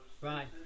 Right